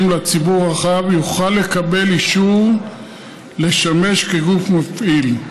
לציבור הרחב יוכל לקבל אישור לשמש כגוף מפעיל.